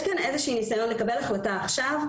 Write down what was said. יש כאן איזשהו ניסיון לקבל החלטה עכשיו,